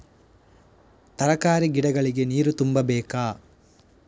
ತರಕಾರಿ ಗಿಡಗಳಿಗೆ ನೀರು ತುಂಬಬೇಕಾ?